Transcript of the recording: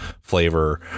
flavor